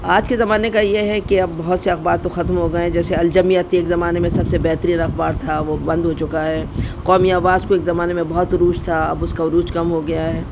آج کے زمانے کا یہ ہے کہ اب بہت سے اخبار تو ختم ہو گئے ہیں جیے الجمعیت ایک زمانے میں سب سے بہترین اخبار تھا وہ بند ہو چکا ہے قومی آواز کو ایک زمانے میں بہت عروج تھا اب اس کا عروج کم ہو گیا ہے